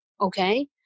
okay